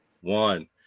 One